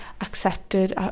accepted